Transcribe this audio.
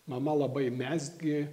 mama labai mezgė